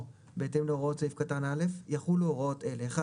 בהתאם להוראות סעיף קטן (א) יחולו הוראות אלה: (1)